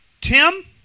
Tim